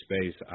space